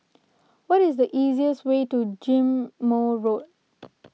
what is the easiest way to Ghim Moh Road